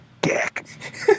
dick